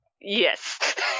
Yes